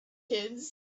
kids